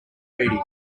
graffiti